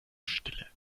stille